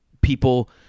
people